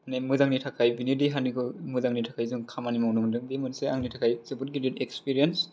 मोजांनि थाखाय बेनि देहानि मोजांनि थाखाय जों खामानि मावनो मोनदों बे मोनसे आंनि थाखाय जोबोर गिदिर इकस्फिरियेन्स